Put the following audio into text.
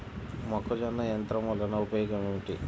మొక్కజొన్న యంత్రం వలన ఉపయోగము ఏంటి?